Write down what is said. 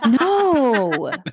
No